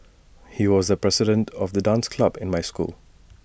he was the president of the dance club in my school